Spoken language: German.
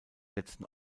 letzten